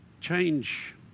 Change